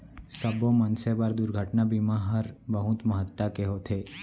सब्बो मनसे बर दुरघटना बीमा हर बहुत महत्ता के होथे